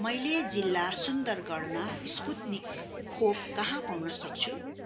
मैले जिल्ला सुन्दरगढमा स्पुत्निक खोप कहाँ पाउन सक्छु